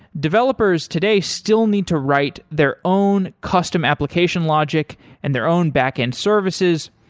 developers today still need to write their own custom application logic and their own backend services,